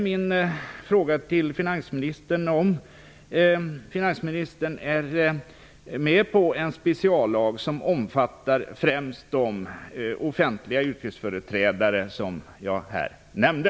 Min fråga till finansministern är: Kan finansministern tänka sig en speciallag som omfattar främst de offentliga yrkesföreträdare som jag här nämnde?